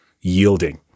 yielding